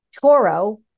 Toro